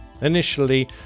Initially